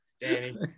Danny